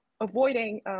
avoiding